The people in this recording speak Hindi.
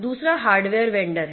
दूसरा हार्डवेयर वेंडर है